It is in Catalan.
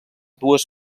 dues